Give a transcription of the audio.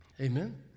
amen